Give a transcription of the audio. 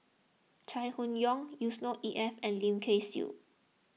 Chai Hon Yoong Yusnor Ef and Lim Kay Siu